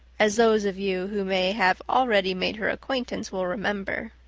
as those of you who may have already made her acquaintance will remember.